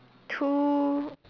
two